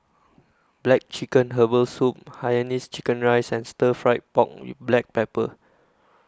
Black Chicken Herbal Soup Hainanese Chicken Rice and Stir Fried Pork with Black Pepper